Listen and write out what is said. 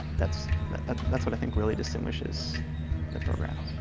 that's that's what i think really distinguishes the program.